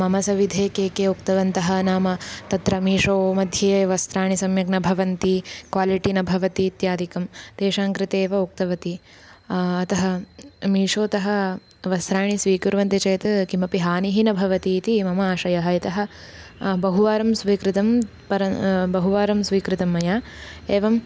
मम सविधे के के उक्तवन्तः नाम तत्र मीशोमध्ये वस्त्राणि सम्यक् न भवन्ति क्वालिटि न भवति इत्यादिकं तेषां कृते एव उक्तवती अतः मीशोतः वस्त्राणि स्वीकुर्वन्ति चेत् किमपि हानिः न भवतीति मम आशयः यतः बहुवारं स्वीकृतं परं बहुवारं स्वीकृतं मया एवं